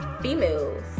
females